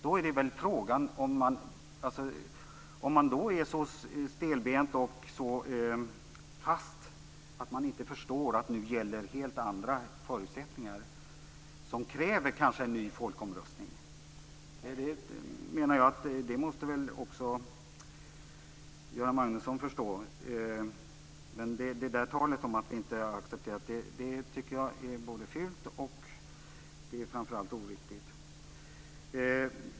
Då är det frågan om man ska vara så stelbent och fast att man inte förstår att helt andra förutsättningar gäller som kräver en ny folkomröstning. Det måste väl också Göran Magnusson förstå. Talet om att vi inte skulle acceptera resultat är både fult och oriktigt.